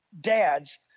dads